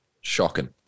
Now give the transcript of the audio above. Shocking